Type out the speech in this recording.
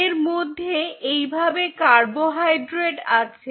এর মধ্যে এই ভাবে কার্বোহাইড্রেট আছে